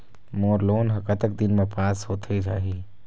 मोर loan हा कतक दिन मा पास होथे जाही?